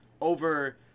over